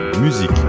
musique